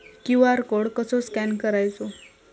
QR code कसो scan करायचो?